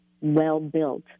well-built